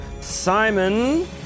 Simon